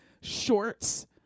shorts